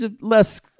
less